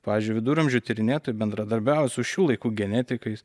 pavyzdžiui viduramžių tyrinėtojai bendradarbiauja su šių laikų genetikais